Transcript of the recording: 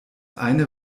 eine